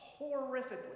Horrifically